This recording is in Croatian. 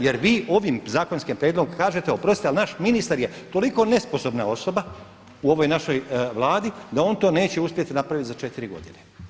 Jer vi ovim zakonskim prijedlogom kažete oprostite ali naš ministar je toliko nesposobna osoba u ovoj našoj Vladi da on to neće uspjeti napraviti za 4 godine.